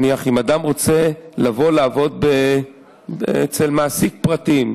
נניח שאדם רוצה לעבוד אצל מעסיק פרטי.